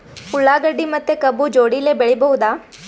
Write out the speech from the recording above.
ಉಳ್ಳಾಗಡ್ಡಿ ಮತ್ತೆ ಕಬ್ಬು ಜೋಡಿಲೆ ಬೆಳಿ ಬಹುದಾ?